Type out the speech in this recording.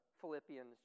Philippians